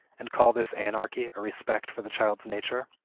and call this anarchy a respect for the child's nature?